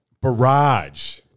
barrage